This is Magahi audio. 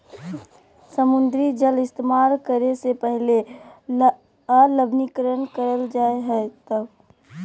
समुद्री जल इस्तेमाल करे से पहले अलवणीकरण करल जा हय